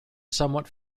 somewhat